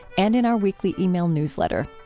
and in our weekly ah e-mail newsletter.